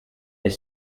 est